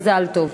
מזל טוב.